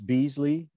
Beasley